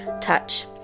Touch